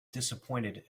disappointed